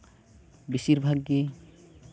ᱵᱮᱥᱤᱨ ᱵᱷᱟᱜᱽ ᱜᱮ